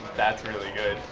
that's really good.